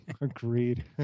Agreed